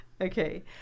okay